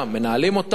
מנהלים שם,